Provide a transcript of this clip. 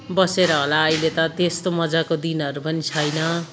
बसेर होला अहिले त त्यस्तो मज्जाको दिनहरू पनि छैन